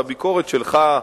והביקורת שלך,